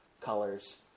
colors